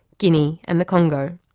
guinea and the congo.